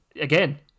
Again